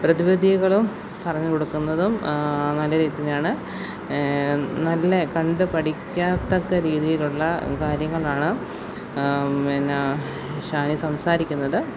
പ്രതിവിധികളും പറഞ്ഞ് കൊടുക്കുന്നതും നല്ല രീതിയിൽ തന്നെയാണ് നല്ല കണ്ട് പഠിക്കുകയൊത്തൊക്കെ രീതിയിലുള്ള കാര്യങ്ങളാണ് പിന്നെ ഷാനി സംസാരിക്കുന്നത്